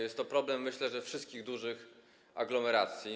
Jest to problem, myślę, wszystkich dużych aglomeracji.